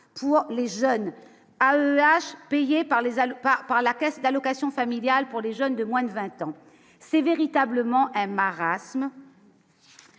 par les Alpes par la Caisse d'allocations familiales pour les jeunes de moins de 20 ans c'est véritablement un marasme